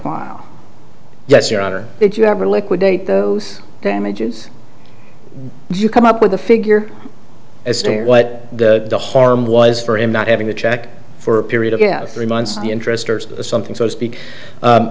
while yes your honor did you ever liquidate those damages and you come up with a figure as to what the the horn was for him not having the check for a period of get three months in the interest or something so to speak